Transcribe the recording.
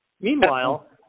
Meanwhile